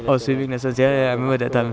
oh swimming lessons ya ya ya I remember that time